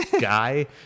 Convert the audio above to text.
guy